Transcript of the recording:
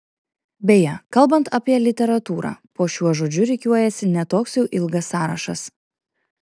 beje kalbant apie literatūrą po šiuo žodžiu rikiuojasi ne toks jau ilgas sąrašas